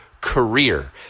career